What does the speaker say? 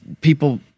people –